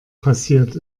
passiert